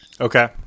Okay